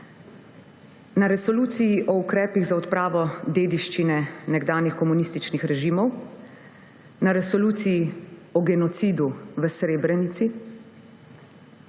na resoluciji o ukrepih za odpravo dediščine nekdanjih komunističnih režimov, na resoluciji o genocidu v Srebrenici,